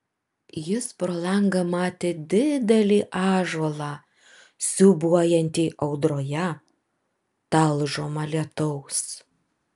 jis pro langą matė didelį ąžuolą siūbuojantį audroje talžomą lietaus